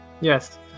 Yes